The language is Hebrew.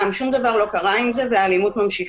גם, שום דבר לא קרה עם זה, והאלימות ממשיכה.